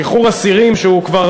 שחרור אסירים שהוא כבר,